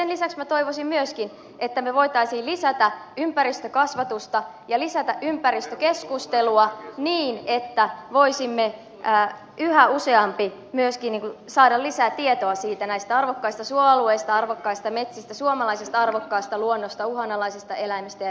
sen lisäksi minä toivoisin myöskin että me voisimme lisätä ympäristökasvatusta ja lisätä ympäristökeskustelua niin että yhä useampi meistä voisi myöskin saada lisää tietoa näistä arvokkaista suoalueista arvokkaista metsistä suomalaisesta arvokkaasta luonnosta uhanalaisista eläimistä